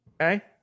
Okay